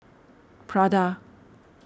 Prada